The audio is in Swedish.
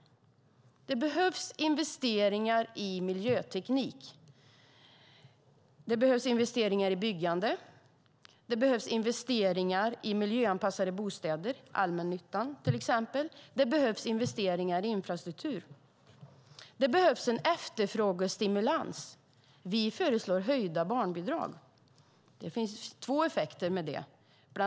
Det behövs investeringar i miljöteknik. Det behövs investeringar i byggande. Det behövs investeringar i miljöanpassade bostäder, till exempel i allmännyttan. Det behövs investeringar i infrastruktur. Det behövs en efterfrågestimulans. Vi föreslår höjda barnbidrag. Det finns två effekter med det.